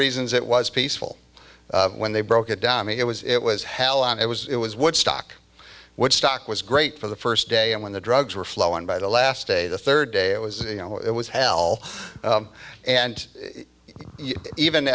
reasons it was peaceful when they broke it down i mean it was it was hell on it was it was woodstock woodstock was great for the first day and when the drugs were flowing by the last day the third day it was you know it was hell and even